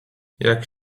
jak